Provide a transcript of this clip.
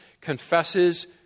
confesses